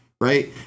right